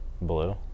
Blue